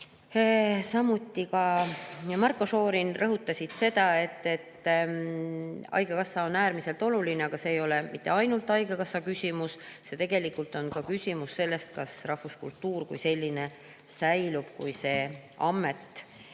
samuti Marko Šorin, rõhutasid seda, et haigekassa on äärmiselt oluline, aga see ei ole ainult haigekassa küsimus. See on ka küsimus, kas rahvuskultuur kui selline säilib, kui selle ameti